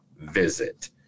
visit